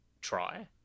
try